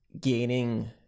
gaining